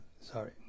sorry